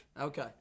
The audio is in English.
okay